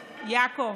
יעקב,